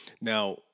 now